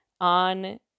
on